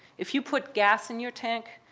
if you put gas in your tank,